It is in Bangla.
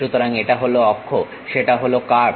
সুতরাং এটা হলো অক্ষ সেটা হলো কার্ভ